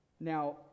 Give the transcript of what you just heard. Now